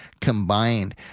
combined